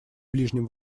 ближнем